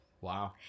Wow